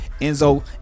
Enzo